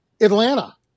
atlanta